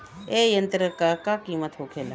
ए यंत्र का कीमत का होखेला?